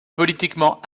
politiquement